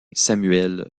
samuel